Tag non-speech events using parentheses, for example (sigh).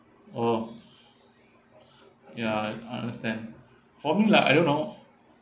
oh (breath) ya I understand for me like I don't know